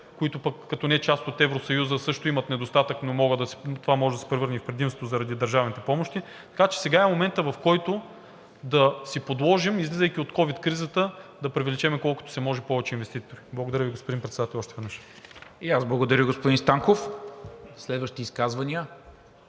която пък като не е част от Евросъюза, също има недостатък, но това може да се превърне и в предимство заради държавните помощи. Така че сега е моментът, в който да си подложим, излизайки от ковид кризата, да привлечем колкото се може повече инвеститори. Благодаря Ви, господин Председател, още веднъж. ПРЕДСЕДАТЕЛ НИКОЛА МИНЧЕВ: И аз благодаря, господин Станков. Следващи изказвания